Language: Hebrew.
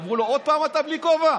אמרו לו: עוד פעם אתה בלי כובע?